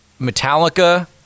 Metallica